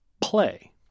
play